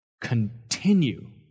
continue